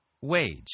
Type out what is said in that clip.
wage